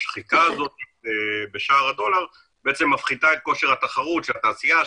השחיקה הזאת בשער הדולר בעצם מפחיתה את כושר התחרות של התעשייה,